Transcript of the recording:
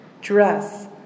dress